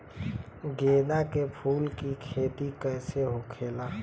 गेंदा के फूल की खेती कैसे होखेला?